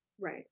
Right